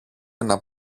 ένα